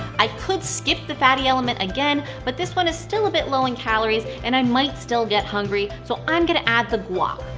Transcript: i could skip the fatty element again, but this one is still a bit low in calories and i might still get hungry, so i'm going to add the guac.